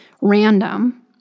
random